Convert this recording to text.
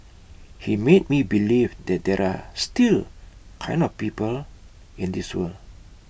he made me believe that there are still kind of people in this world